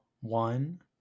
one